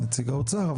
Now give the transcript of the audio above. נציג האוצר.